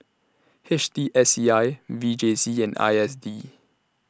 H T S E I V J C and I S D